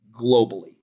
globally